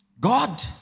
God